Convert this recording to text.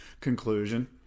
conclusion